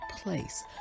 place